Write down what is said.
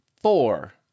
four